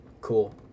Cool